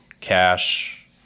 cash